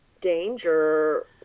danger